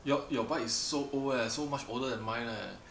your your bike is so old eh so much older than mine eh